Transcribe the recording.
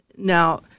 now